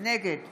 נגד